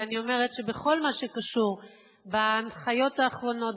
ואני אומרת שבכל מה שקשור בהנחיות האחרונות,